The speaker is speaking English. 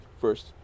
first